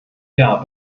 jahr